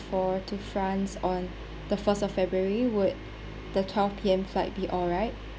for to france on the first of february would the twelve P_M flight be alright